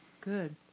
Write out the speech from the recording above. Good